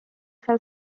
seal